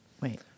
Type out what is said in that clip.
Wait